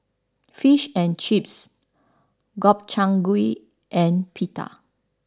Fish and Chips Gobchang Gui and Pita